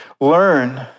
Learn